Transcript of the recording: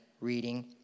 reading